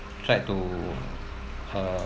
tried to uh